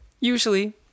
Usually